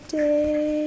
day